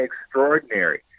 extraordinary